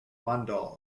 mandal